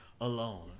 alone